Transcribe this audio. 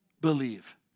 believe